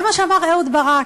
זה מה שאמר אהוד ברק.